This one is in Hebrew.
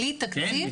בלי תקציב?